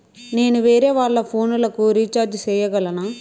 నేను వేరేవాళ్ల ఫోను లకు రీచార్జి సేయగలనా?